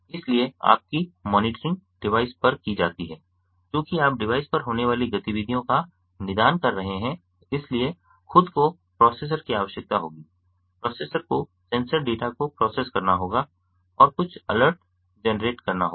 इसलिए आपकी monitoring device पर की जाती है चूंकि आप डिवाइस पर होने वाली गतिविधियों का निदान कर रहे हैं इसलिए खुद को प्रोसेसर की आवश्यकता होगी प्रोसेसर को सेंसर डेटा को प्रोसेस करना होगा और कुछ अलर्ट जेनरेट करना होगा